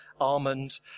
almond